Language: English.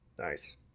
Nice